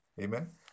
Amen